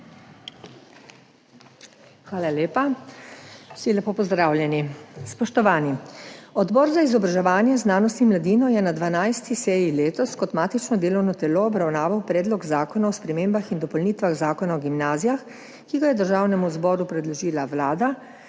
Hvala lepa. Vsi lepo pozdravljeni! Spoštovani, Odbor za izobraževanje, znanost in mladino je na 12. seji letos kot matično delovno telo obravnaval Predlog zakona o spremembah in dopolnitvah Zakona o gimnazijah, ki ga je Državnemu zboru predložila Vlada,